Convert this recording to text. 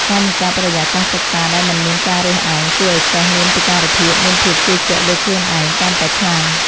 ការបង្កើតបរិយាកាសសិក្សាដែលមិនមានការរើសអើងជួយឱ្យសិស្សមានពិការភាពមានភាពជឿជាក់លើខ្លួនឯងកាន់តែខ្លាំង។